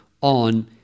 on